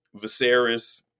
viserys